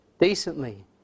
decently